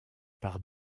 par